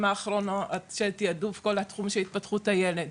האחרונות של תעדוף כל התחום של התפתחות הילד.